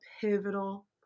pivotal